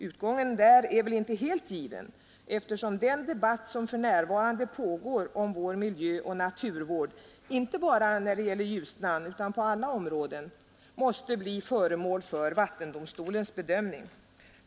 Utgången där är väl inte helt given, eftersom den debatt som för närvarande pågår om vår miljöoch naturvård, inte bara när det gäller Ljusnan utan på alla områden, måste bli föremål för vattendomstolens bedömning.